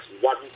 one